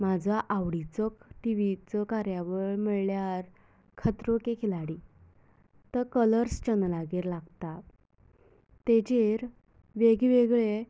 म्हाजो आवडीचो टिवीचो कार्यावळ म्हणल्यार खतरो के खिलाडी तो कलर्स चॅनलागेर लागता तेजेर वेगवेगळे